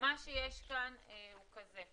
מה שיש כאן הוא כזה,